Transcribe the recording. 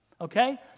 Okay